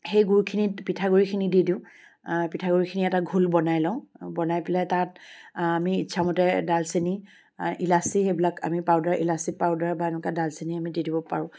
সেই গুৰখিনিত পিঠাগুৰিখিনি দি দিওঁ পিঠাগুৰিখিনি এটা ঘোল বনাই লওঁ বনাই পেলাই তাত আমি ইচ্ছামতে ডালচেনি ইলাচি সেইবিলাক আমি ইলাচি পাউডাৰ আমি দি দিব পাৰোঁ